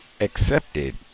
accepted